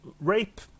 Rape